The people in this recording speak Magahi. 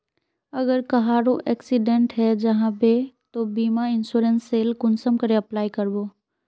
अगर कहारो एक्सीडेंट है जाहा बे तो बीमा इंश्योरेंस सेल कुंसम करे अप्लाई कर बो?